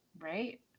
Right